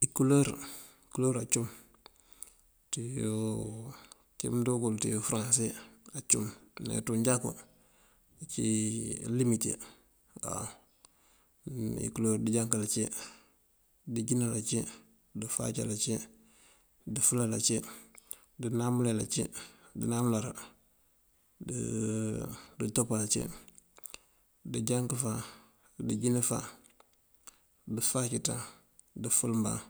Ikuloor, ikuloor acum. ţí mëndúu ngël dí faranse acum me ţí manjakú ací limite waw: á ikuloor dëjánkal ací, dëjínal ací, dëfáacal ací, dëfëlal ací, dënáam ulël ací dënáam uláar, dëtopal ací. dëjánk fáan, bëjín fáan, dëfáac ţáan, dëfël mbáan.